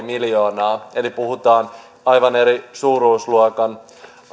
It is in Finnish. miljoonaa eli puhutaan aivan eri suuruusluokan